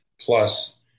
plus